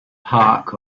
park